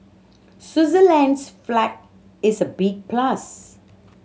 Switzerland's flag is a big plus